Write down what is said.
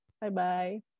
Bye-bye